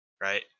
right